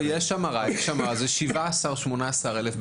ההמרה היא בערך 17,000-18,000.